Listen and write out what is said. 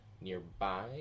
nearby